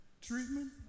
treatment